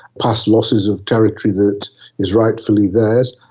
past losses of territory that is rightfully theirs,